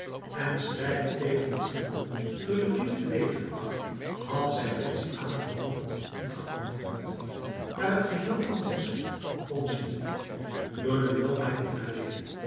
en strijdend tegen de indruk door de brief teweeggebracht had zij betsy aangehoord en geantwoord maar het geheel van zich zetten kon ze niet door de loomheid in haar leden